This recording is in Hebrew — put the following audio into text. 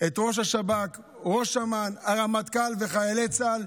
את ראש השב"כ, ראש אמ"ן, הרמטכ"ל וחיילי צה"ל.